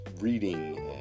reading